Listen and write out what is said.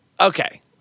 Okay